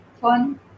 fun